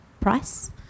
price